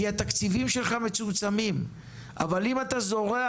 כי התקציבים שלך מצומצמים אבל אם אתה זורע